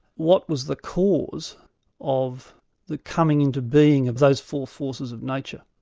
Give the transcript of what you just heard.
what was the cause of the coming into being of those four forces of nature?